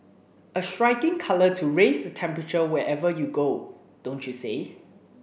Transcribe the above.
a striking colour to raise the temperature wherever you go don't you say